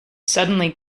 suddenly